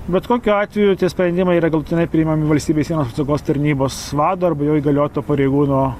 bet kokiu atveju tie sprendimai yra galutinai priimami valstybės sienos apsaugos tarnybos vado arba jo įgalioto pareigūno